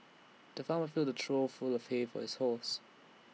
the farmer filled A trough full of hay for his horses